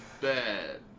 bad